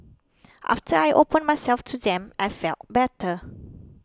after I opened myself to them I felt better